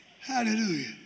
Hallelujah